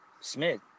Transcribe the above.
Smith